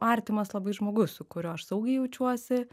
artimas labai žmogus su kuriuo aš saugiai jaučiuosi